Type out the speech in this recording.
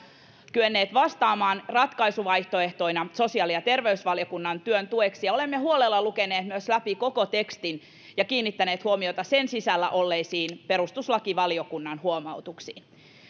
kyenneet vastaamaan ja antamaan ratkaisuvaihtoehtoja sosiaali ja terveysvaliokunnan työn tueksi olemme myös huolella lukeneet läpi koko tekstin ja kiinnittäneet huomiota sen sisällä olleisiin perustuslakivaliokunnan huomautuksiin